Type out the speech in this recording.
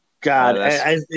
God